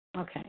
Okay